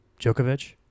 Djokovic